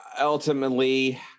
Ultimately